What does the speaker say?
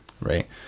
right